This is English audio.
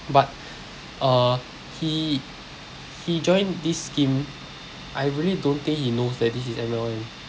but uh he he joined this scheme I really don't think he knows that this is M_L_M